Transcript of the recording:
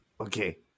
Okay